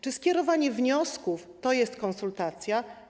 Czy skierowanie wniosków to są konsultacje?